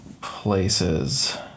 places